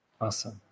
awesome